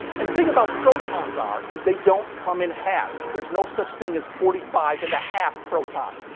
and, the thing about protons are, is they don't come in halves. there's no such thing as forty-five and a half protons.